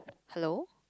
hello